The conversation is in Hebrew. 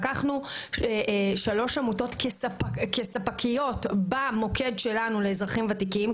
לקחנו שלוש עמותות כספקיות במוקד שלנו לאזרחים ותיקים,